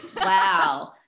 wow